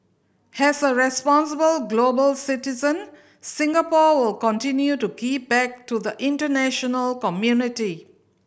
as a responsible global citizen Singapore will continue to give back to the international community